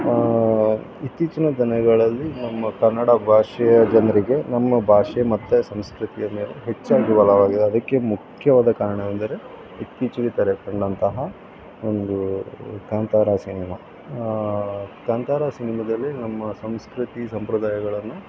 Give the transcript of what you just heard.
ಇತ್ತೀಚಿನ ದಿನಗಳಲ್ಲಿ ನಮ್ಮ ಕನ್ನಡ ಭಾಷೆಯ ಜನರಿಗೆ ನಮ್ಮ ಭಾಷೆ ಮತ್ತು ಸಂಸ್ಕೃತಿಯ ಮೇಲೆ ಹೆಚ್ಚಾಗಿ ಒಲವಾಗಿದೆ ಅದಕ್ಕೆ ಮುಖ್ಯವಾದ ಕಾರಣವೆಂದರೆ ಇತ್ತೀಚೆಗೆ ತೆರೆ ಕಂಡಂತಹ ಒಂದು ಕಾಂತಾರ ಸಿನಿಮ ಕಾಂತಾರ ಸಿನಿಮದಲ್ಲಿ ನಮ್ಮ ಸಂಸ್ಕೃತಿ ಸಂಪ್ರದಾಯಗಳನ್ನು